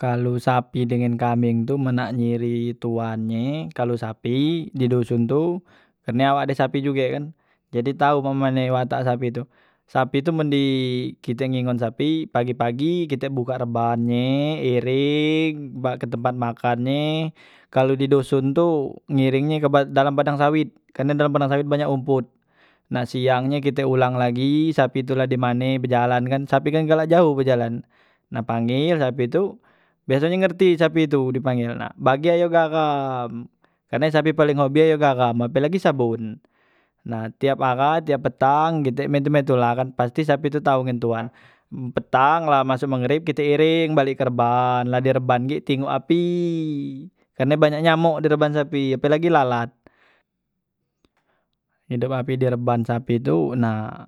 Kalu sapi dengan kambing tu men nak nyiri tuan nye, kalu sapi di duson tu (karne awak ade sapi juge kan) jadi tau makmane watak sapi tu, sapi tu men di kite ngengon sapi pagi- pagi kite buka reban nye iring bawa ke tempat makan nye kalu di doson tu ngireng nye ke pad dalam padang sawit karne dalam padang sawit banyak hompot, nah siang nye kite ulang lagi sapi tu la dimane bejalan kan sapi kan galak jaoh bejalan nah panggil sapi tu biasonyo ngerti sapi tu di panggil nah bagi ayo garam karne sapi paling hobi ayo garam apelagi sabon nah tiap ahai tiap petang kite mak itu mak itu lah kan pasti sapi tu tau ngan tuan, la petang la masok maghrib kite iring balek ke reban la di reban gek tingok api karne banyak nyamok di reban sapi apelagi lalat, ngidop api di reban sapi tu nah